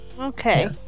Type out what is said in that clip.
Okay